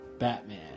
Batman